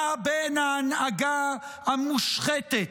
מה בין ההנהגה המושחתת,